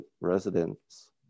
residents